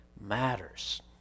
matters